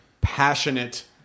passionate